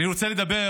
אני רוצה לדבר